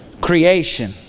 creation